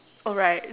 alright